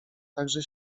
także